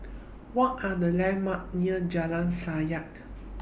What Are The Landmark near Jalan Sajak